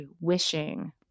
wishing